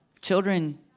children